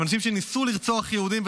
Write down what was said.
הם אנשים שניסו לרצוח יהודים,